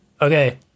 Okay